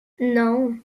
non